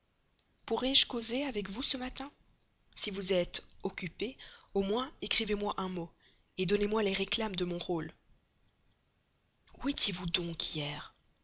pourrai-je causer avec vous ce matin si vous êtes occupée au moins écrivez-moi un mot donnez-moi les réclames de mon rôle où étiez-vous donc hier